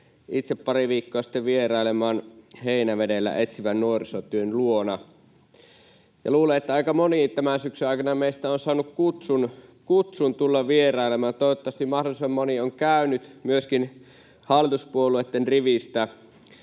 itse pari viikkoa sitten vierailemaan Heinävedellä etsivän nuorisotyön luona. Luulen, että aika moni tämän syksyn aikana meistä on saanut kutsun tulla vierailemaan, ja toivottavasti mahdollisimman moni on käynyt myöskin hallituspuolueiden riveistä.